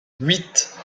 huit